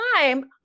time